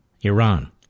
Iran